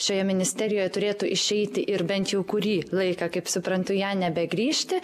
šioje ministerijoje turėtų išeiti ir bent jau kurį laiką kaip suprantu į ją nebegrįžti